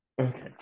Okay